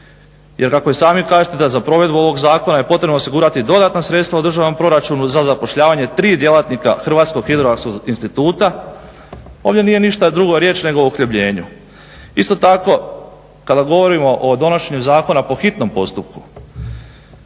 Jer kako i sami kažete da za provedbu ovog zakona je potrebno osigurati dodatna sredstva u državnom proračunu za zapošljavanje tri djelatnika Hrvatskog hidrografskog instituta. Ovdje nije ništa drugo riječ nego o uhljebljenju. Isto tako, kada govorimo o donošenju zakona po hitnom postupku